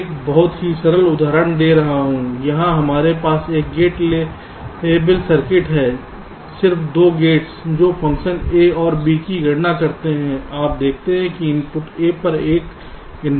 मैं एक बहुत ही सरल उदाहरण दे रहा हूं यहां हमारे पास एक गेट लेबल सर्किट है सिर्फ 2 गेट्स जो फ़ंक्शन A बार B की गणना करते हैं आप देखते हैं कि इनपुट A पर एक इन्वर्टर है